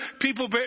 people